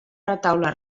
retaule